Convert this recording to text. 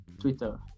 Twitter